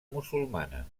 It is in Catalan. musulmana